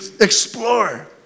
explore